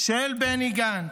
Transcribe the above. של בני גנץ.